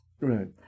Right